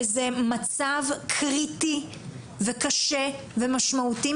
וזה מצב קריטי, וקשה, ומשמעותי.